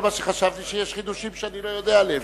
כל מה שחשבתי הוא שיש חידושים שאני לא יודע עליהם,